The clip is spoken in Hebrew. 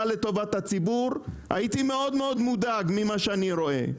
לטובת הציבור הייתי מאוד מודאג ממה שאני רואה.